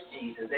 Jesus